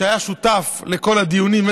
שהיה שותף בכל הדיונים,